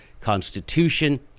Constitution